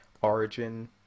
origin